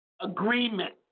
agreement